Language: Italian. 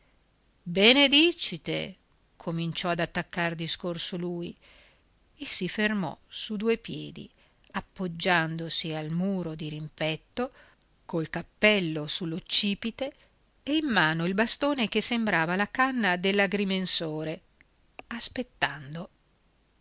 e che volete benedicite cominciò ad attaccar discorso lui e si fermò su due piedi appoggiandosi al muro di rimpetto col cappello sull'occipite e in mano il bastone che sembrava la canna dell'agrimensore aspettando